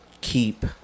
keep